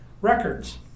records